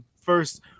first